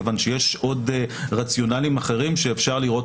כיוון שיש עוד רציונלים אחרים שאפשר לראות